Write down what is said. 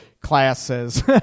classes